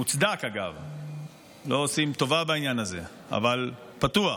מוצדק, אגב, לא עושים טובה בעניין הזה, אבל פתוח,